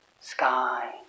sky